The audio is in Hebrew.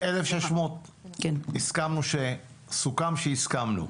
1,600 סוכם שהסכמנו.